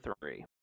three